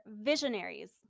visionaries